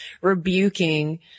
rebuking